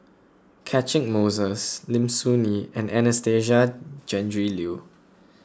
Catchick Moses Lim Soo Ngee and Anastasia Tjendri Liew